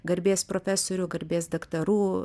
garbės profesorių garbės daktarų